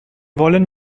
wollen